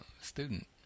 student